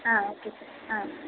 ஆ okay sir ஆ